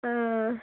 ಹಾಂ